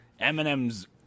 Eminem's